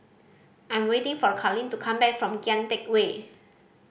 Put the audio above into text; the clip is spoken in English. I'm waiting for Karlene to come back from Kian Teck Way